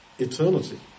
Eternity